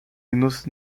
genuss